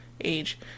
age